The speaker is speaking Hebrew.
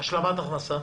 להשלמת הכנסה